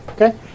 Okay